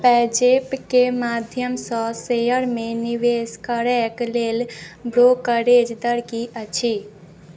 पे जैपके माध्यमसँ शेयरमे निवेश करैके लेल ब्रोकरेज दर की अछि